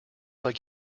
like